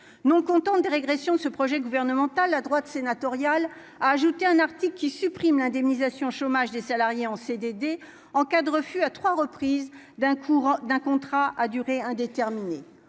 non contente de régression ce projet gouvernemental, la droite sénatoriale a ajouté un article qui supprime l'indemnisation chômage des salariés en CDD, en cas de refus à 3 reprises d'un cours d'un contrat à durée indéterminée,